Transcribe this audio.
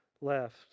left